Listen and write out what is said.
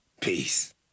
Peace